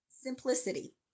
Simplicity